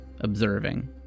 observing